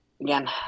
again